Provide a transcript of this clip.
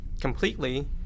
Completely